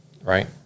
right